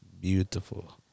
Beautiful